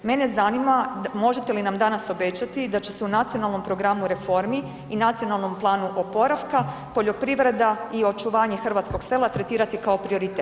Mene zanima možete li nam danas obećati da će se u Nacionalnom programu reformu i Nacionalnom planu oporavka poljoprivreda i očuvanje hrvatskog sela tretirati kao prioritet?